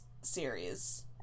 series